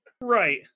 Right